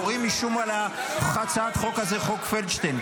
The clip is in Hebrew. קוראים משום מה להצעת החוק הזו חוק פלדשטיין.